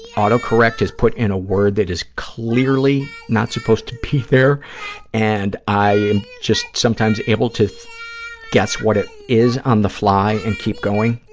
auto-correct has put in a word that is clearly not supposed to be there and i am just sometimes able to guess what it is on the fly and keep going,